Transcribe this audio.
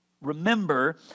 remember